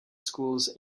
schools